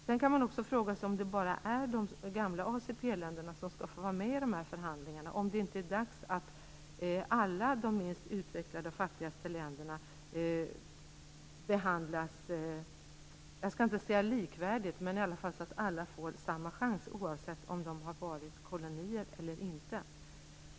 Sedan kan man också fråga sig om det bara är de gamla ACP-länder som skall få vara med i de här förhandlingarna. Man kan fråga sig om det inte är dags att alla de fattigaste och minst utvecklade länderna behandlas - jag skall inte säga likvärdigt, men att de i alla fall får samma chans oavsett om de har varit kolonier eller inte.